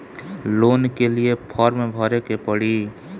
Loan के लिए form भरे के पड़ी?